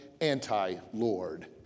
anti-Lord